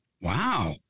Wow